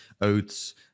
oats